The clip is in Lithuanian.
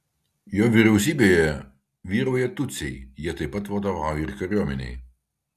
jo vyriausybėje vyrauja tutsiai jie taip pat vadovauja ir kariuomenei